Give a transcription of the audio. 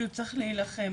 שהוא צריך להילחם